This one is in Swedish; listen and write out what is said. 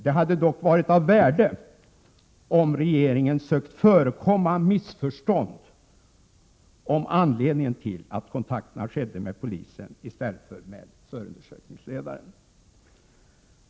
Det hade dock varit av värde om regeringen sökt förekomma missförstånd om anledningen till att kontakterna skedde med polisen och inte med förundersökningsledaren.